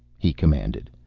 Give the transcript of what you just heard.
he commanded,